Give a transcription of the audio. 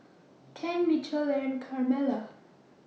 Ken Mitchell and Carmela